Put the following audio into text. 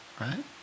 right